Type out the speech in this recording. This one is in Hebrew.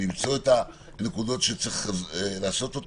למצוא את הנקודות שצריך לעשות,